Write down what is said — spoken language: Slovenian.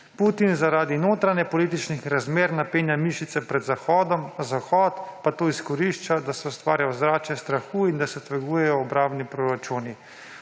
Putin zaradi notranjepolitičnih razmer napenja mišice pred Zahodom, Zahod [oz. Nato] pa to izkorišča, da se ustvarja ozračje strahu in da se dvigujejo obrambni proračuni.